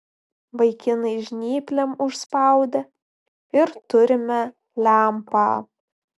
vaikinai žnyplėm užspaudė ir turime lempą